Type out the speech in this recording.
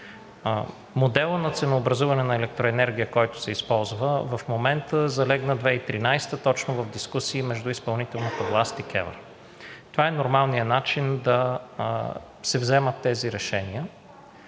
Моделът на ценообразуване на електроенергия, който се използва в момента, залегна през 2013 г. точно в дискусии между изпълнителната власт и КЕВР. Това е нормалният начин да се вземат тези решения.